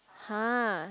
!huh!